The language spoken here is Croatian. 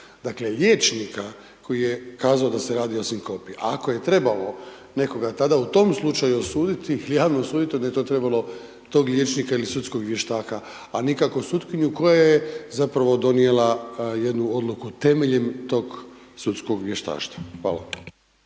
dakle, liječnika koji je kazao da se radi o sinkopi. A ako je trebalo, nekoga tada, u tom slučaju osuditi javno osuditi, onda je to trebalo tog liječnika ili sudskog vještaka, a nikako sutkinju koja je zapravo donijela jednu odluku, temeljem tog sudskog vještaštva. Hvala.